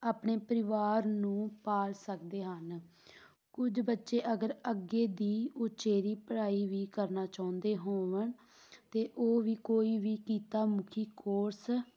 ਆਪਣੇ ਪਰਿਵਾਰ ਨੂੰ ਪਾਲ ਸਕਦੇ ਹਨ ਕੁਝ ਬੱਚੇ ਅਗਰ ਅੱਗੇ ਦੀ ਉਚੇਰੀ ਪੜ੍ਹਾਈ ਵੀ ਕਰਨਾ ਚਾਹੁੰਦੇ ਹੋਣ ਤਾਂ ਉਹ ਵੀ ਕੋਈ ਵੀ ਕਿੱਤਾ ਮੁਖੀ ਕੋਰਸ